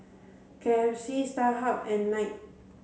K F C Starhub and Knight